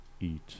eat